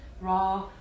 raw